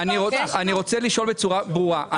אני רוצה לשאול בצורה ברורה.